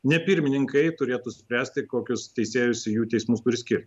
ne pirmininkai turėtų spręsti kokius teisėjus į jų teismus turi skirti